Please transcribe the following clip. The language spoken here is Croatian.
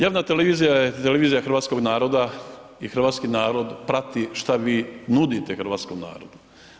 Javna televizija je televizija hrvatskog naroda i hrvatski narod prati šta vi nudite hrvatskom narodu.